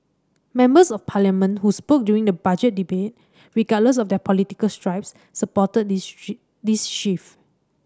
members of Parliament who spoke during the Budget debate regardless of their political stripes supported this this shift